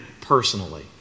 personally